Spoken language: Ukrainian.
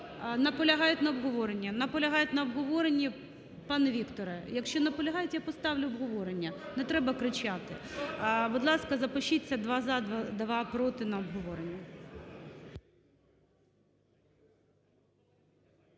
Наполягають на обговоренні? Наполягають на обговоренні. Пане Вікторе, якщо наполягають, я поставлю обговорення, не треба кричати. Будь ласка, запишіться: два – за, два – проти, - на обговорення.